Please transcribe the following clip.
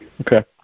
Okay